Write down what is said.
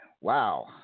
Wow